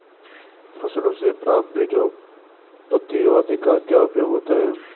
फसलों से प्राप्त बीजों पत्तियों आदि का क्या उपयोग होता है?